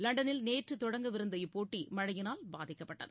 லண்டனில் நேற்றுதொடங்கவிருந்த இப்போட்டிமழையினால் பாதிக்கப்பட்டது